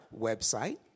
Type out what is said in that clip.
website